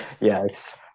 Yes